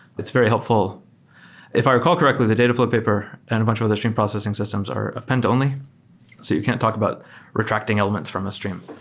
it's very helpful if i recall correctly, the dataflow paper and a bunch of other stream processing systems are append only. so you can't talk about retracting elements from a stream.